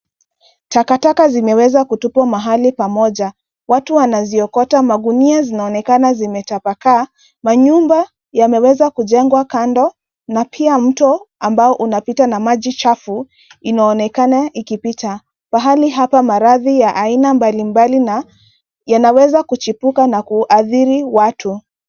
Takataka zimeweza kutupwa mahali pamoja. Watu wanaziokota. Magunia zinaonekana zimetapakaa. Manyumba yameweza kujengwa kando na pia mto ambao unapita na maji chafu inaonekana ikipita. Pahali hapa maradhi ya aina mbalimbali na yanaweza kuchipuka na kuathiri watu.